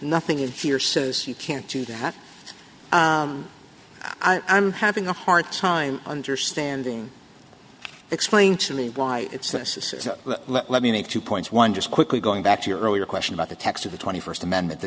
nothing in here says you can't do that i'm having a hard time understanding explain to me why it's this is let me make two points one just quickly going back to your earlier question about the text of the twenty first amendment the